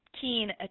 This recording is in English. keen